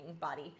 body